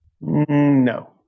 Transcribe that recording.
No